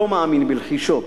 לא מאמין בלחישות,